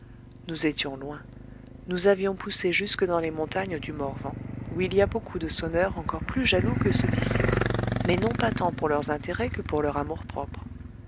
nous étions loin nous avions poussé jusque dans les montagnes du morvan où il y a beaucoup de sonneurs encore plus jaloux que ceux d'ici mais non pas tant pour leurs intérêts que pour leur